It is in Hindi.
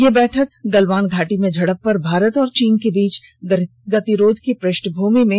यह बैठक गलवान घाटी में झड़प पर भारत और चीन के बीच गतिरोध की पृष्ठभूमि में हो रही है